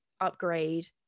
upgrade